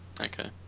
Okay